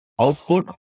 Output